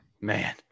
Man